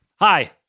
Hi